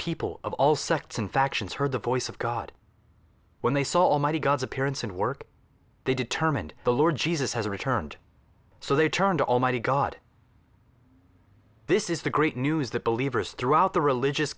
people of all sects and factions heard the voice of god when they saw almighty god's appearance and work they determined the lord jesus has returned so they turn to almighty god this is the great news that believers throughout the religious